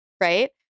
right